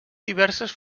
diverses